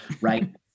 right